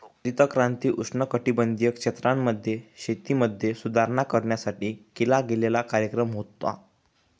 हरित क्रांती उष्णकटिबंधीय क्षेत्रांमध्ये, शेतीमध्ये सुधारणा करण्यासाठी केला गेलेला कार्यक्रम होता